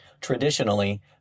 Traditionally